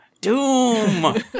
Doom